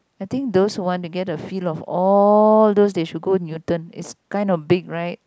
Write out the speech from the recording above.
I think those who want to get a feel of all those they should go Newton it's kind of big right